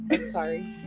Sorry